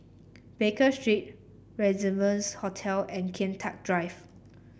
Baker Street Rendezvous Hotel and Kian Teck Drive